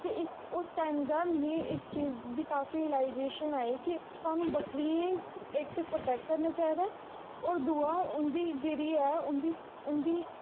ते इस उस टाइम दा मिगी इस चीज दी काफी रिलाएजेशन कि सानूं बक्करियें इक ते प्रोटैक्ट करना चाहिदा ऐ होर दूआ उं'दी जेह्ड़ा ऐ उं'दी उं'दी